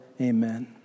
amen